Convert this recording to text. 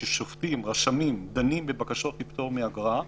ששופטים רשמים דנים בבקשות לפטור מאגרה,